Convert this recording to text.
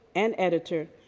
and editor,